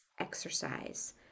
exercise